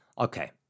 Okay